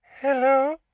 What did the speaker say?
Hello